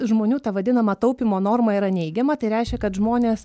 žmonių ta vadinama taupymo norma yra neigiama tai reiškia kad žmonės